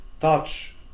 touch